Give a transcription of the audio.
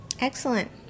Excellent